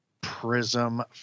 prism